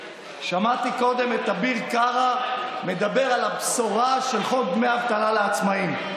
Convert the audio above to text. שמעתי קודם את אביר קארה מדבר על הבשורה של חוק דמי אבטלה לעצמאים.